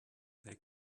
they